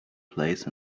place